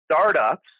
startups